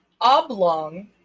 oblong